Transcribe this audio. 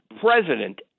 president